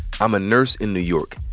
i'm a nurse in new york.